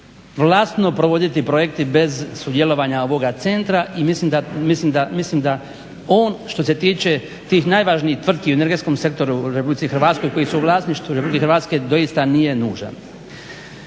mogu … provoditi projekti bez sudjelovanja ovog centra i mislim da ono što se tiče tih najvažnijih tvrtki u energetskom sektoru u Republici Hrvatskoj koji su u vlasništvu Republike Hrvatske doista nije nužan.